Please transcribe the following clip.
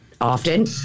often